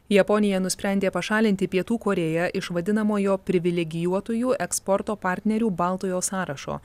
japonija nusprendė pašalinti pietų korėją iš vadinamojo privilegijuotųjų eksporto partnerių baltojo sąrašo